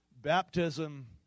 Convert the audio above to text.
baptism